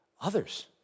others